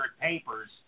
papers